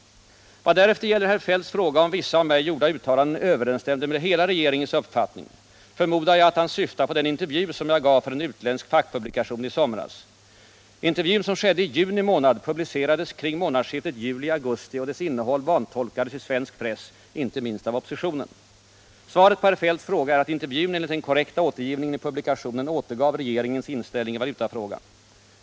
Vad därefter gäller herr Feldts fråga om vissa av mig gjorda uttalanden överensstämde med hela regeringens uppfattning förmodar jag att han syftar på den intervju som jag gav för en utländsk fackpublikation i somras. Intervjun som skedde i juni månad publicerades kring månadsskiftet juli-augusti, och dess innehåll vantolkades i svensk press, inte minst av oppositionen. Svaret på herr Feldts fråga är att intervjun enligt den korrekta återgivningen i publikationen återgav regeringens inställning i valutafrågan.